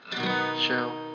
Show